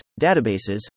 databases